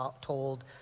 told